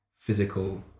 physical